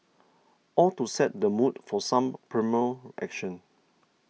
all to set the mood for some primal action